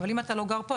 אבל אם אתה לא גר פה,